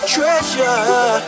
Treasure